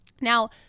Now